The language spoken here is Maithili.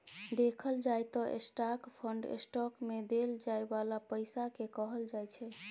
देखल जाइ त स्टाक फंड स्टॉक मे देल जाइ बाला पैसा केँ कहल जाइ छै